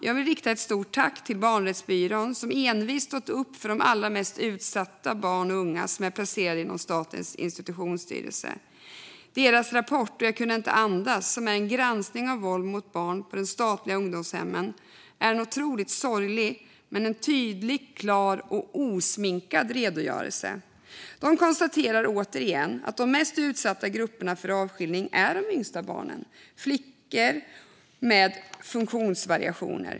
Jag vill rikta ett stort tack till Barnrättsbyrån som envist stått upp för de allra mest utsatta barn och unga som är placerade inom Statens institutionsstyrelse. Deras rapport "...och jag kunde inte andas" som är en granskning av våld mot barn på de statliga ungdomshemmen är otroligt sorglig, men en tydlig, klar och osminkad redogörelse. De konstaterar återigen att de mest utsatta grupperna för avskiljning är de yngsta barnen, flickor med funktionsvariationer.